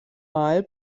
mal